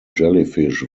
jellyfish